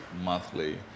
monthly